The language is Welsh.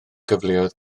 gyfleoedd